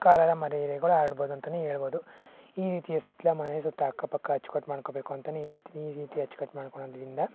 cholera ಮಲೇರಿಯಾಗಳು ಹರಡ್ಬೋದು ಅಂತಲೇ ಹೇಳ್ಬೋದು ಈ ರೀತಿಯ ಸುತ್ತಲ ಮನೆ ಸುತ್ತ ಅಕ್ಕ ಪಕ್ಕ ಅಚ್ಕಟ್ಟು ಮಾಡ್ಕೋಬೇಕು ಅಂತಲೇ ಹೇಳ್ತೀನಿ ಈ ರೀತಿ ಅಚ್ಕಟ್ಟು ಮಾಡ್ಕೊಳ್ಳೋದರಿಂದ